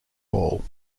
hall